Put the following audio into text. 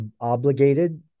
obligated